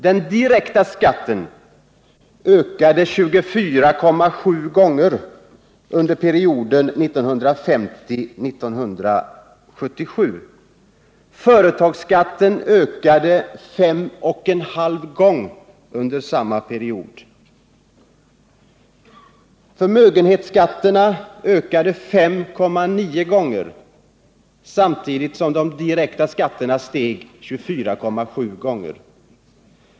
Den direkta skatten ökade 24,7 gånger under perioden 1950-1977. Företagsskatten ökade 5,5 gånger under samma period. Förmögenhetsskatten ökade 5,9 gånger — samtidigt som den direkta skatten steg 24,7 gånger.